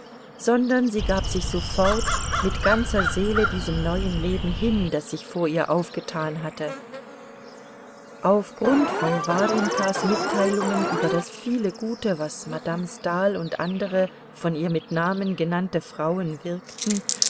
sondern sie gab sich sofort mit ganzer seele diesem neuen leben hin das sich vor ihr aufgetan hatte auf grund von warjenkas mitteilungen über das viele gute was madame stahl und andere von ihr mit namen genannte frauen wirkten